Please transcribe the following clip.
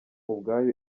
ubwayo